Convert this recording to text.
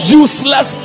useless